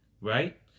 right